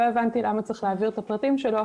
לא הבנתי למה צריך להעביר את הפרטים שלו,